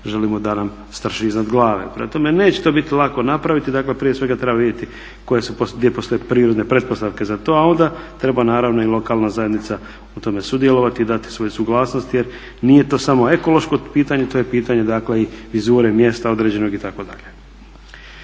želimo da nam strši iznad glave. Prema tome, neće to biti lako napraviti. Dakle, prije svega treba vidjeti gdje postoje prirodne pretpostavke za to, a onda treba naravno i lokalna zajednica u tome sudjelovati i dati svoju suglasnost jer nije to samo ekološko pitanje to je pitanje dakle i vizure mjesta određenog itd.